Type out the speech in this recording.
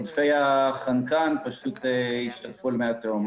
ועודפי החנקן יישטפו למי התהום.